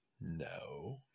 No